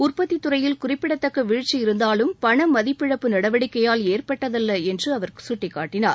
உற்பத்தித் துறையில் குறிப்பிடத்தக்க வீழ்ச்சி இருந்தாலும் பண மதிப்பிழப்பு நடவடிக்கையால் ஏற்பட்டதல்ல என்று அவர் சுட்டிக்காட்டினார்